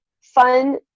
fun